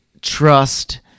trust